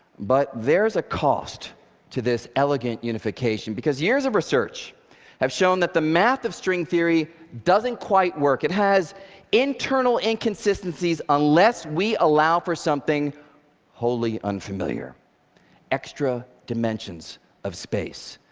but there's a cost to this elegant unification, because years of research have shown that the math of string theory doesn't quite work. it has internal inconsistencies, unless we allow for something wholly unfamiliar extra dimensions of space.